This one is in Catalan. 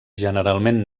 generalment